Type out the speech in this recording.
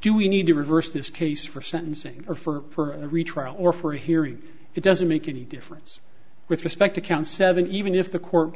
do we need to reverse this case for sentencing or for a retrial or for hearing it doesn't make any difference with respect to count seven even if the court